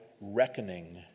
reckoning